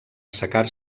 assecar